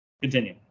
Continue